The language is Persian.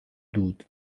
دود